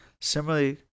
Similarly